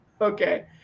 Okay